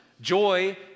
joy